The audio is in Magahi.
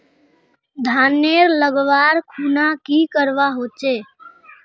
धानेर लगवार खुना की करवा होचे?